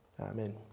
Amen